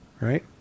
right